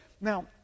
Now